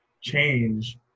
change